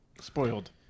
Spoiled